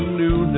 new